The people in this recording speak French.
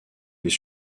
les